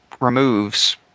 removes